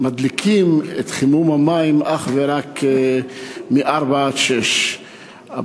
ומפעילים את חימום המים אך ורק מ-16:00 עד